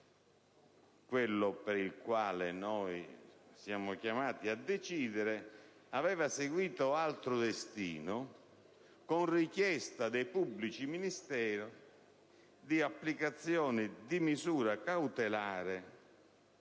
quello per il quale siamo chiamati a decidere - aveva seguito altro destino, con la richiesta da parte dei pubblici ministeri di applicazione di misura cautelare